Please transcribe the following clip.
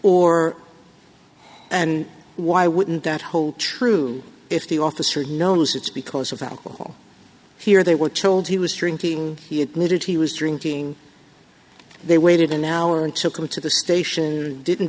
or and why wouldn't that hold true if the officer knows it's because of alcohol here they were told he was drinking he admitted he was drinking they waited an hour and took them to the station didn't